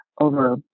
over